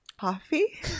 Coffee